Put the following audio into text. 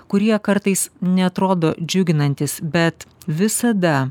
kurie kartais neatrodo džiuginantys bet visada